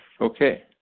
Okay